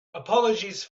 apologies